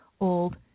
old